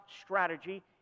strategy